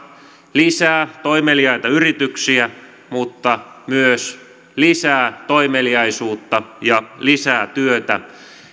lisää toimeliaita yrityksiä mutta myös lisää toimeliaisuutta ja lisää työtä